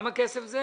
מי נמנע?